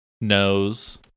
knows